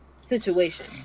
situation